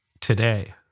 today